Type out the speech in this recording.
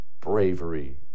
bravery